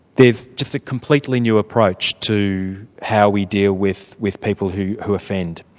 there's just a completely new approach to how we deal with with people who who offend.